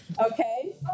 okay